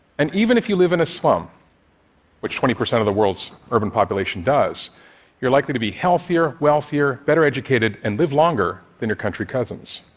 and even if you live in a slum which twenty percent of the world's urban population does you're likely to be healthier, wealthier, better educated and live longer than your country cousins.